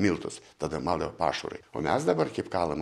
miltus tada mala ir pašarui o mes dabar kaip kalam